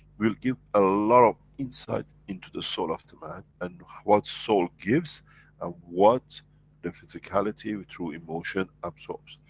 will give a lot of insight into the soul of the man. and what soul gives and what the physicality through emotion absorbs.